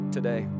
today